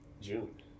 June